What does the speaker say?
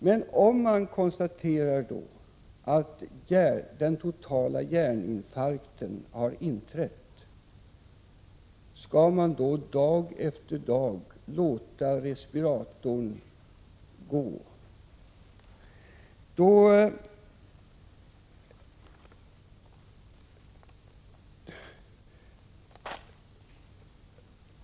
Men om man konstaterar att den totala hjärninfarkten har inträtt, skall man då dag efter dag låta respiratorn gå?